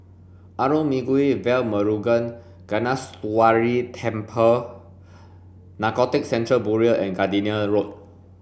Arulmigu Velmurugan Gnanamuneeswarar Temple Narcotics Control Bureau and Gardenia Road